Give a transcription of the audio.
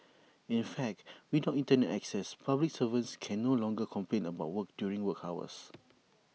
in fact without Internet access public servants can no longer complain about work during work hours